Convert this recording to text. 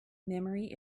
memory